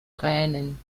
tränen